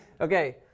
Okay